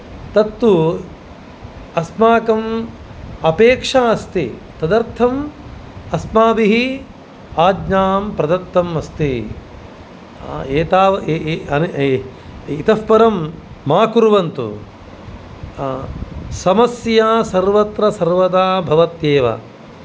तत्तु अस्माकम् अपेक्षा अस्ति तदर्थम् अस्माभिः आज्ञां प्रदत्तं अस्ति एतावत् इतः परं मा कुर्वन्तु समस्या सर्वत्र सर्वदा भवत्येव